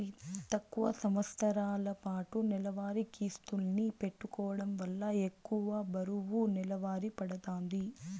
తక్కువ సంవస్తరాలపాటు నెలవారీ కిస్తుల్ని పెట్టుకోవడం వల్ల ఎక్కువ బరువు నెలవారీ పడతాంది